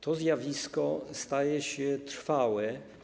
To zjawisko staje się trwałe.